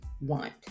want